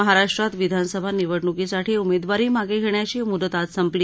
महाराष्ट्रात विधानसभा निवडणुकीसाठी उमेदवारी मागे घेण्याची मुदत आज संपली